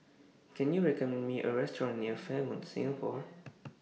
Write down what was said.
Can YOU recommend Me A Restaurant near Fairmont Singapore